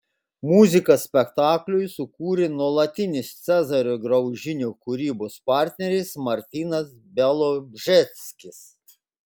muziką spektakliui sukūrė nuolatinis cezario graužinio kūrybos partneris martynas bialobžeskis